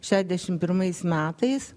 šešiasdešim pirmais metais